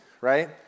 right